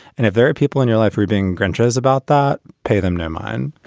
and if there are people in your life for being grinches about that, pay them no mind